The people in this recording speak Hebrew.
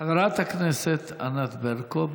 חברת הכנסת ענת ברקו.